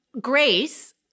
Grace